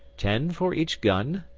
ten for each gun,